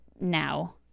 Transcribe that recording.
now